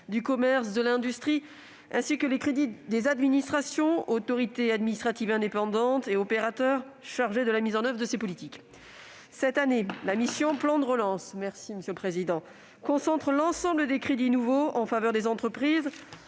du commerce et de l'industrie. Elle porte aussi les crédits des administrations, autorités administratives indépendantes et opérateurs chargés de la mise en oeuvre de ces politiques. Cette année, la mission « Plan de relance » concentre l'ensemble des crédits nouveaux en faveur des entreprises,